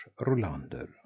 Rolander